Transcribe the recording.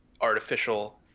artificial